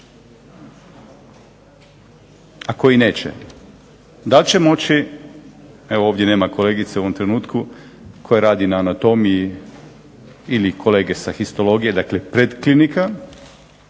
koji neće? Dal' će moći, evo ovdje nema kolegice u ovom trenutku koja radi na anatomiji ili kolege sa histologije, dakle pred klinika,